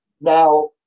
Now